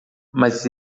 mas